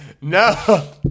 No